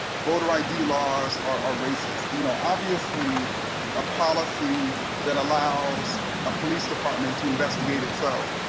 voter id laws are a racist. you know, obviously a policy that allows a police department to investigate itself,